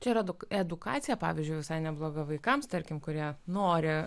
čia yra daug edukacija pavyzdžiui visai nebloga vaikams tarkim kurie nori